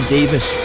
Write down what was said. Davis